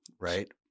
right